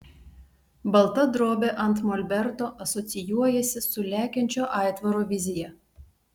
balta drobė ant molberto asocijuojasi su lekiančio aitvaro vizija